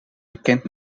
bekend